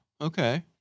okay